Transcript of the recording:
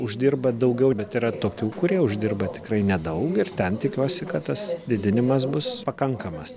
uždirba daugiau bet yra tokių kurie uždirba tikrai nedaug ir ten tikiuosi kad tas didinimas bus pakankamas